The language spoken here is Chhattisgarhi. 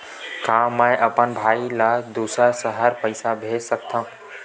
का मैं अपन भाई ल दुसर शहर पईसा भेज सकथव?